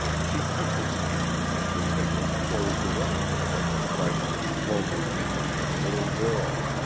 she took his hand and her fingers closed around it like the frightened, lonely fingers of a little girl.